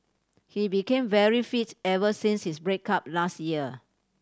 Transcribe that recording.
he became very fit ever since his break up last year